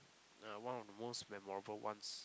uh one of the most memorable ones